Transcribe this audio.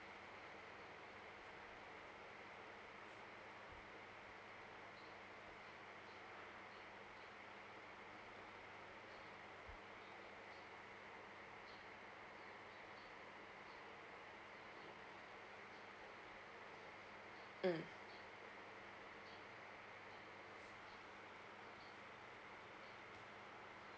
mm